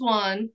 one